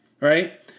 Right